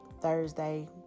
Thursday